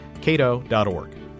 cato.org